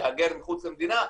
להגר מחוץ למדינה,